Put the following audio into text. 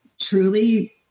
truly